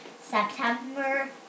September